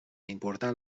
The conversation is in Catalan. importar